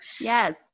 Yes